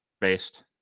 based